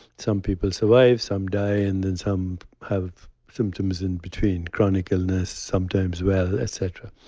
some people survive, some die and then some have symptoms in between, chronic illness sometimes well, et cetera.